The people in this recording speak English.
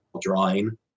drawing